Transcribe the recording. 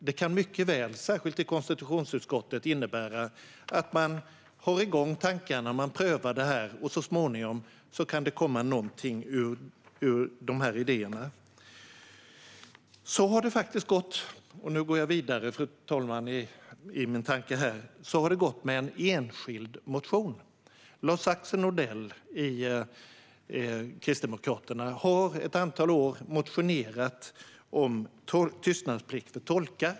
Det kan mycket väl, särskilt i konstitutionsutskottet, innebära att man håller igång tankarna och prövar detta, och så småningom kan det komma något ur dessa idéer. Så har det faktiskt gått - och nu går jag vidare i min tanke, fru talman - med en enskild motion. Lars-Axel Nordell i Kristdemokraterna har i ett antal år motionerat om tystnadsplikt för tolkar.